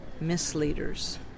misleaders